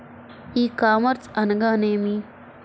ఈ కామర్స్ అనగా నేమి?